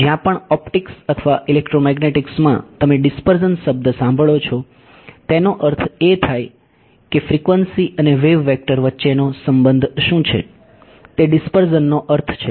જ્યાં પણ ઓપ્ટિક્સ અથવા ઇલેક્ટ્રોમેગ્નેટિક્સ માં તમે ડીસ્પર્ઝન શબ્દ સાંભળો છો તેનો અર્થ એ થાય છે કે ફ્રિક્વન્સી અને વેવ વેક્ટર વચ્ચેનો સંબંધ શું છે તે ડીસ્પર્ઝનનો અર્થ છે